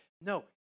No